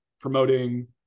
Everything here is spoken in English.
promoting